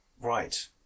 Right